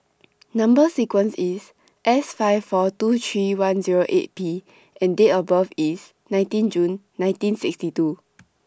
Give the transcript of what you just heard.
Number sequence IS S five four two three one Zero eight P and Date of birth IS nineteen June nineteen sixty two